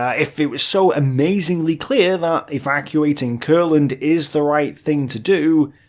ah if it was so amazingly clear that evacuating courland is the right thing to do,